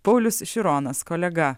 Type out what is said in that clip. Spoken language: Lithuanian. paulius šironas kolega